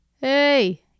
Hey